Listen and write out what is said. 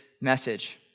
message